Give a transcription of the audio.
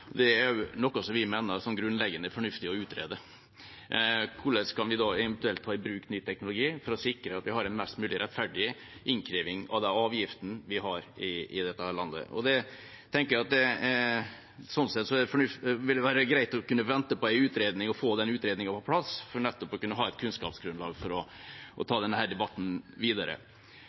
Det er noe vi mener er grunnleggende fornuftig å utrede. Hvordan kan vi da eventuelt ta i bruk ny teknologi for å sikre at vi har en mest mulig rettferdig innkreving av avgiftene i dette landet? Jeg tenker at sånn sett vil det være greit å kunne vente på en utredning, få den utredningen og plass for nettopp å kunne ha et kunnskapsgrunnlag for å ta denne debatten videre.